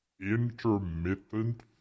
intermittent